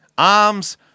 Arms